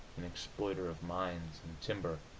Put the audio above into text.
an exploiter of mines and timber.